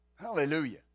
Hallelujah